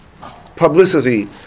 publicity